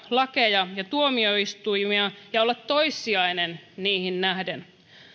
lakeja ja tuomioistuimia ja olla toissijainen niihin nähden